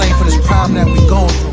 for this problem that we goin'